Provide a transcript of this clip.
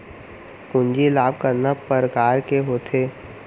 पूंजी लाभ कतना प्रकार के होथे?